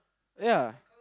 ya